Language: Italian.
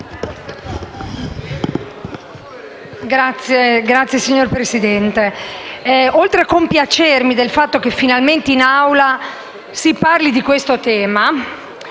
Signor Presidente, oltre a compiacermi del fatto che finalmente in Assemblea si parli di questo tema,